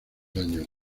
años